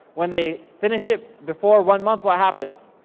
when they finish it before one month, what happens?